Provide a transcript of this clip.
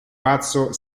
pazzo